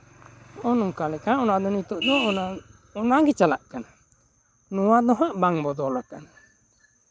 ᱦᱚᱜᱼᱚᱭ ᱱᱚᱝᱠᱟ ᱞᱮᱠᱟ ᱚᱱᱟ ᱫᱚ ᱱᱤᱛᱚᱜ ᱫᱚ ᱚᱱᱟᱜᱮ ᱪᱟᱞᱟᱜ ᱠᱟᱱᱟ ᱱᱚᱣᱟ ᱫᱚ ᱦᱟᱜ ᱵᱟᱝ ᱵᱚᱫᱚᱞ ᱟᱠᱟᱱᱟ